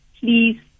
please